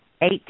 Eight